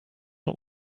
not